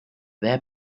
their